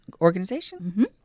Organization